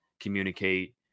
communicate